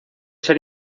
ser